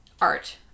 art